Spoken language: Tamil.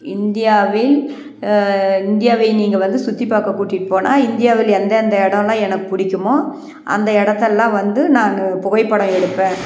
இந்தியாவில் இந்தியாவை நீங்கள் வந்து சுற்றிப் பார்க்க கூட்டிட்டு போனால் இந்தியாவில் எந்தெந்த இடோல்லாம் எனக்கு பிடிக்குமோ அந்த இடத்தெல்லாம் வந்து நான் புகைப்படம் எடுப்பேன்